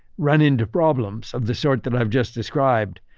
run into problems of the sort that i've just described,